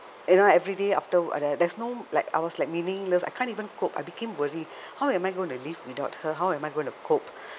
you know everyday after uh there's no like I was like meaningless I can't even cope I became worry how am I going to live without her how am I going to cope